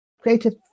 creative